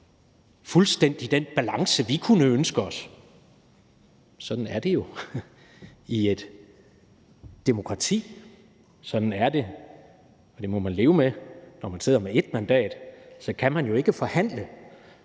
fuldstændig den balance, vi kunne ønske os. Sådan er det jo i et demokrati; sådan er det, og det må man leve med. Når man sidder med et mandat, kan man jo ikke forhandle,